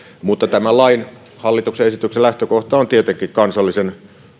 mutta tämän lain hallituksen esityksen lähtökohtana on tietenkin kansallisen